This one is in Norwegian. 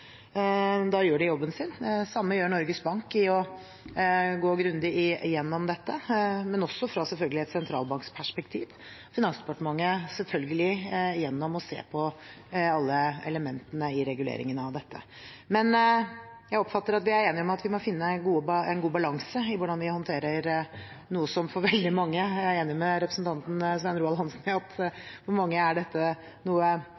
Da gjør de jobben sin. Det samme gjør Norges Bank ved å gå grundig gjennom dette, men også selvfølgelig fra et sentralbankperspektiv, og Finansdepartementet selvfølgelig gjennom å se på alle elementene i reguleringen av dette. Jeg oppfatter at vi er enige om at vi må finne en god balanse i hvordan vi håndterer noe som for veldig mange – jeg er enig med representanten Svein Roald Hansen – er noe